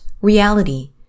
reality